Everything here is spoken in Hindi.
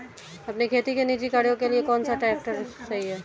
अपने खेती के निजी कार्यों के लिए कौन सा ट्रैक्टर सही है?